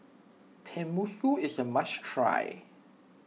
Tenmusu is a must try